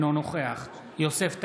אינו נוכח יוסף טייב,